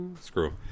Screw